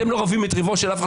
אתם לא רבים את ריבו של אף אחד,